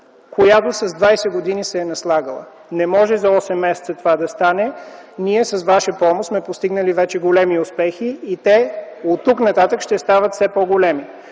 която с двадесет години се е наслагала. Не може за осем месеца това да стане. Ние с ваша помощ сме постигнали вече големи успехи и те оттук нататък ще стават все по-големи.